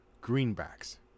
greenbacks